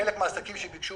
חלק מהעסקים שביקשו